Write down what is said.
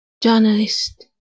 journalist